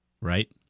Right